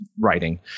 writing